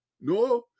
No